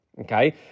okay